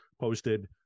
posted